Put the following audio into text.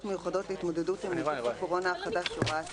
מיוחדות להתמודדות עם נגיף הקורונה החדש (הוראת שעה),